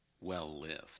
well-lived